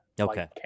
Okay